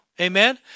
Amen